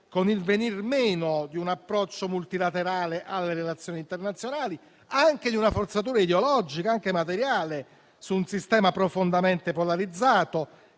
con il venir meno di un approccio multilaterale alle relazioni internazionali, anche di una forzatura ideologica e materiale su un sistema profondamente polarizzato,